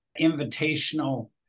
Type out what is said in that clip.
invitational